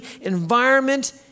environment